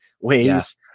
ways